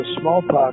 smallpox